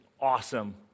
awesome